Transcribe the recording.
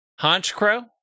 Honchcrow